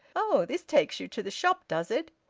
oh! this takes you to the shop, does it?